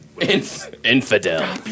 Infidel